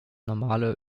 normale